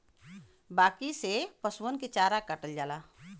बांकी से पसुअन के चारा काटल जाला